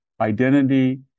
identity